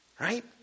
Right